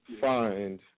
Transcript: find